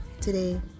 today